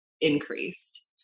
increased